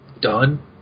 done